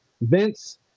Vince